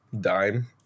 dime